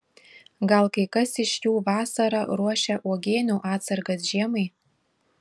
gal kai kas iš jų vasarą ruošia uogienių atsargas žiemai